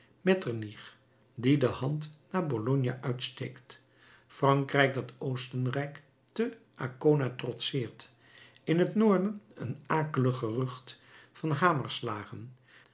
metternich die de hand naar bologna uitsteekt frankrijk dat oostenrijk te ancona trotseert in het noorden een akelig gerucht van hamerslagen